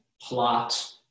plot